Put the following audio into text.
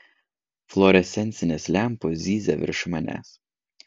fluorescencinės lempos zyzia virš manęs